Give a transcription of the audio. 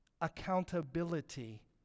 accountability